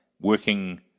working